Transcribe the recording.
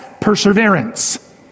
perseverance